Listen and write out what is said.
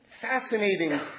fascinating